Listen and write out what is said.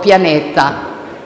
pianeta.